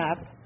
up